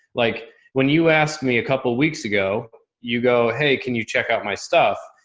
like when you asked me a couple of weeks ago, you go, hey, can you check out my stuff?